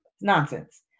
Nonsense